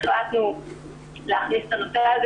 נעשה חשיבה עם המשטרה,